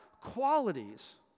qualities